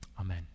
Amen